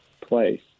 place